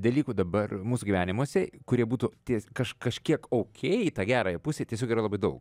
dalykų dabar mūsų gyvenimuose kurie būtų ties kaž kažkiek okei į tą gerąją pusę tiesiog yra labai daug